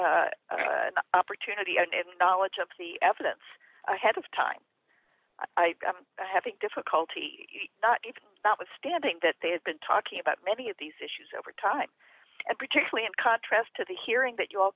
the opportunity and knowledge of the evidence ahead of time i'm having difficulty even notwithstanding that they have been talking about many of these issues over time and particularly in contrast to the hearing that you all